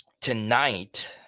tonight